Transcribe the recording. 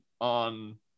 on